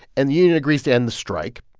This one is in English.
and the union agrees to end the strike.